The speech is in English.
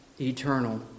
eternal